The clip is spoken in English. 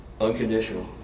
Unconditional